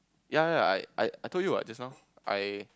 yea yea I I I told you what just now I